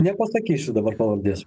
nepasakysiu dabar pavardės